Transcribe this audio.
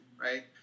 right